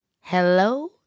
Hello